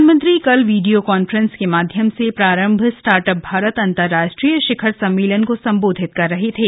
प्रधानमंत्री कल video conference के माध्यम से प्रारंभ स्टार्टअप भारत अंतरराष्ट्रीय शिखर सम्मेलन को संबोधित कर रहे थे